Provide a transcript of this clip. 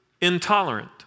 intolerant